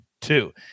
two